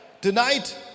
tonight